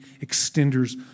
extenders